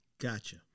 Gotcha